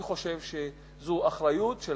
אני חושב שזאת אחריות של